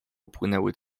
upłynęły